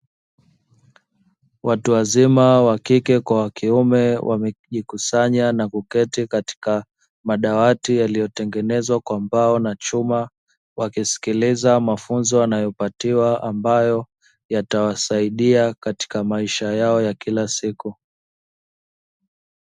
Watu wazima wa kike kwa wa kiume, wamejikusanya na kuketi katika madawati yaliyotengenezwa kwa mbao na chuma, wakisikiliza mafunzo wanayopatiwa ambayo yatawasaidia katika maisha yao ya kila siku.